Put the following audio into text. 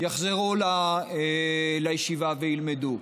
יחזרו לישיבה וילמדו.